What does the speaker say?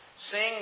Sing